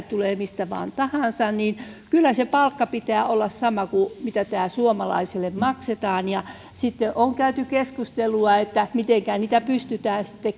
tulee mistä tahansa niin kyllä sen palkan pitää olla sama kuin mitä täällä suomalaiselle maksetaan sitten on käyty keskustelua että mitenkä pystytään